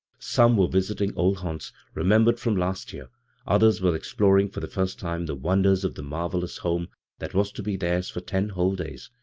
some. were visiting old haunts, remembered from last year others were exploring for the first time the wonders of the marvelous home that was to be theirs for ten whole days.